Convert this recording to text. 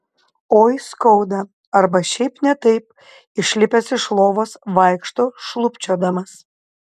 oi skauda arba šiaip ne taip išlipęs iš lovos vaikšto šlubčiodamas